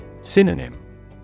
Synonym